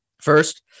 First